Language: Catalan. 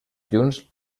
junts